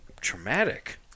traumatic